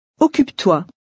Occupe-toi